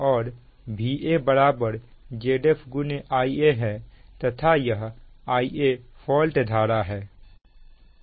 और Va Zf Ia है तथा यह Ia फॉल्ट धारा है